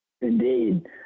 Indeed